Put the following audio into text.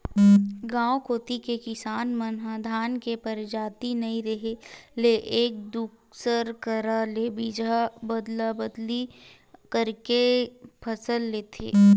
गांव कोती के किसान मन ह धान के परजाति नइ रेहे ले एक दूसर करा ले बीजहा अदला बदली करके के फसल लेथे